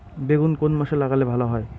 বেগুন কোন মাসে লাগালে ভালো হয়?